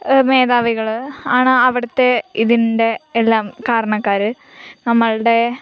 മേധാവികൾ ആണ് അവിടുത്തെ ഇതിൻ്റെ എല്ലാം കാരണക്കാർ നമ്മുടെ